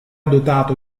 dotato